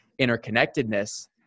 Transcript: interconnectedness